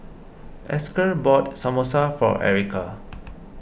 Esker bought Samosa for Erica